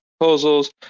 proposals